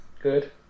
Good